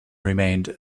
remained